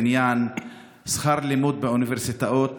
בעניין שכר לימוד באוניברסיטאות